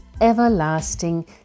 everlasting